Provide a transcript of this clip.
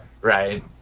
Right